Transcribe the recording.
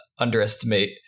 underestimate